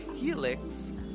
helix